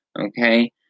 Okay